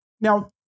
Now